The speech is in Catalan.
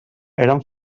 eren